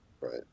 right